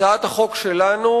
הצעת החוק שלנו,